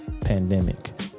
pandemic